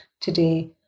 today